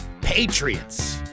Patriots